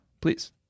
please